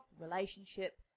relationship